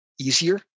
easier